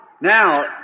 now